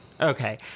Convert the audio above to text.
Okay